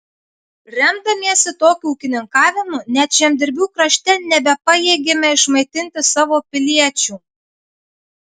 remdamiesi tokiu ūkininkavimu net žemdirbių krašte nebepajėgėme išmaitinti savo piliečių